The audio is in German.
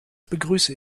begrüße